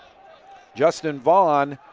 justin vaughn